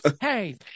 hey